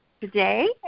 today